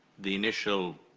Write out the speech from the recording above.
the initial